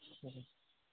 సరే